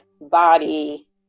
body